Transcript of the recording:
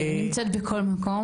והיא נמצאת בכל מקום.